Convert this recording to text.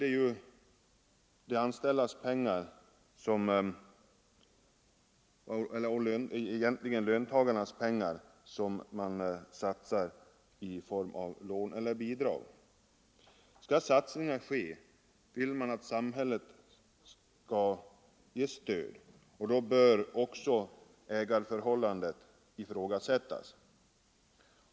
Egentligen är det ju löntagarnas pengar som satsas i form av lån eller bidrag, och vill man att samhället skall ge stöd, då bör också ägarförhållandet ifrågasättas.